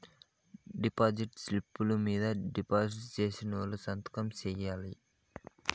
deposit స్లిప్పులు మీద deposit సేసినోళ్లు సంతకం సేయాల్ల